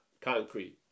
concrete